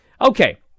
Okay